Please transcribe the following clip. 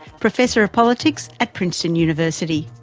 professor of politics at princeton university.